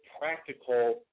practical